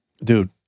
dude